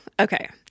Okay